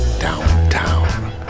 downtown